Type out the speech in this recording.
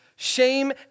Shame